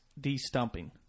de-stumping